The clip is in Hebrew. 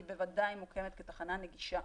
שהיא בוודאי מוקמת כתחנה נגישה.